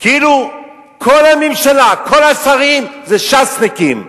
כאילו כל הממשלה, כל השרים זה ש"סניקים.